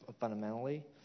fundamentally